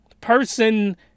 person